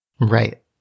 Right